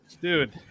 Dude